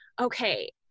okay